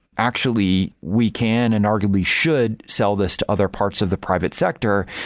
actually, we can and arguably should sell this to other parts of the private sector,